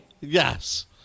Yes